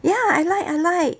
ya I like I like